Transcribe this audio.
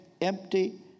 empty